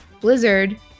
blizzard